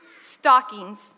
stockings